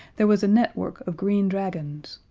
there was a network of green dragons.